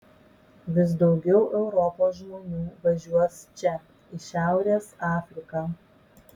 vis daugiau europos žmonių važiuos čia į šiaurės afriką